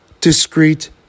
discreet